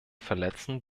verletzen